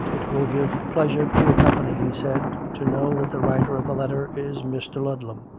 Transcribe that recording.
it will give pleasure to the company, he said, to know that the writer of the letter is mr. ludlam,